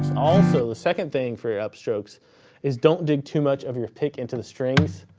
also, the second thing for your upstrokes is don't dig too much of your pick into the strings,